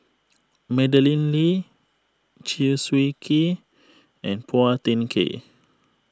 Madeleine Lee Chew Swee Kee and Phua Thin Kiay